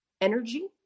energy